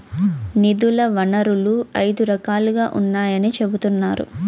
నిధుల వనరులు ఐదు రకాలుగా ఉన్నాయని చెబుతున్నారు